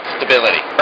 Stability